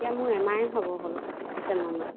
এতিয়া মোৰ এমাহেই হ'বৰ হ'ল পেচেণ্ট অনা